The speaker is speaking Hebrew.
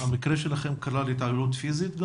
המקרה שלכם כלל גם התעללות פיזית?